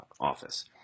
office